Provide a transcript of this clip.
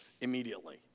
immediately